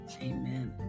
Amen